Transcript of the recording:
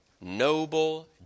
noble